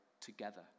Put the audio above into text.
together